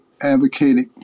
advocated